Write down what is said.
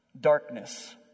darkness